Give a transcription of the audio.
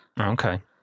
Okay